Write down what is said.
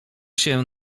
się